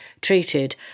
treated